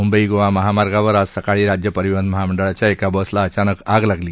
मुंबई गोवा महामार्गावर आज सकाळी राज्य परिवहन मंडळाच्या एका बसला अचानक आग लागली